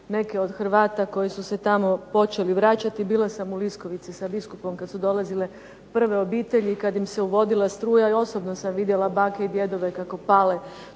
Hvala vam